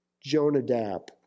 Jonadab